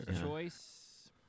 Choice